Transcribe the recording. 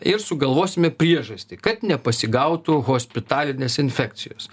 ir sugalvosime priežastį kad nepasigautų hospitalinės infekcijos